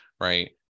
right